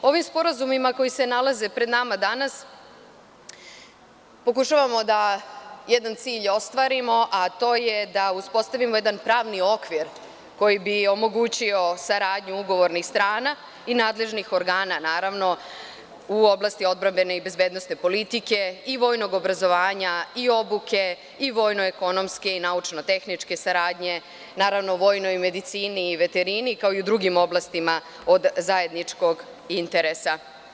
Ovim sporazumima koji se nalaze pred nama danas pokušavamo da ostvarimo jedan cilj, a to je da uspostavimo jedan pravni okvir koji bi omogućio saradnju ugovornih strana i nadležnih organa u oblasti odbrambene i bezbednosne politike i vojnog obrazovanja, obuke i vojnoekonomske i naučnotehničke saradnje, naravno i u vojnoj medicini i veterini kao i u drugim oblastima od zajedničkog interesa.